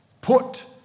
Put